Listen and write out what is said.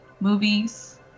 movies